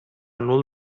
nul